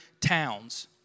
towns